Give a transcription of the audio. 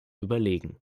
überlegen